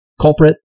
culprit